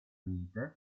unite